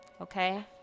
okay